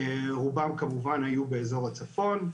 רובם כמובן היו באזור הצפון.